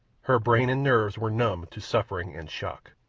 her brain and nerves were numb to suffering and shock.